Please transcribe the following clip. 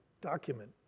document